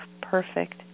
perfect